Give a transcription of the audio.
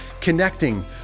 connecting